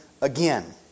again